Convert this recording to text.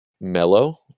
mellow